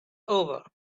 over